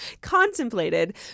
contemplated